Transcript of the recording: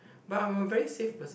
but I'm a very safe person